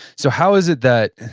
so how is it that,